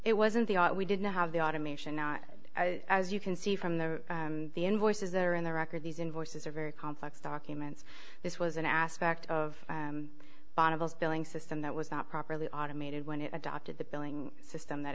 it wasn't we didn't have the automation not as you can see from the the invoices that are in the record these invoices are very complex documents this was an aspect of bonneville billing system that was not properly automated when it adopted the billing system that